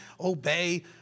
obey